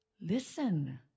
listen